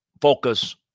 focus